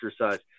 exercise